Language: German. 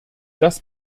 das